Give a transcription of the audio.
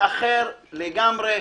אחר לגמרי,